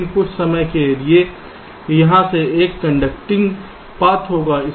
क्योंकि कुछ समय के लिए यहां से एक कंडक्टिंग पाथ होगा